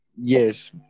yes